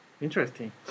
Interesting